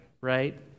right